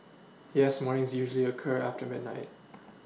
yes mornings usually occur after midnight